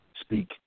Speak